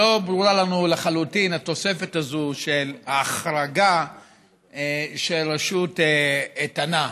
לא ברורה לנו לחלוטין התוספת הזאת של ההחרגה של רשות איתנה.